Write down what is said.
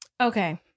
Okay